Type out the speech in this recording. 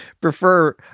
prefer